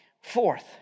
Fourth